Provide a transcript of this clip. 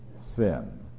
Sin